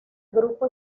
grupo